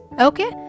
okay